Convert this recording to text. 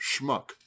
schmuck